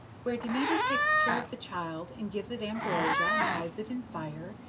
where demeter takes care of the child and gives it ambrosia and hides it in fire,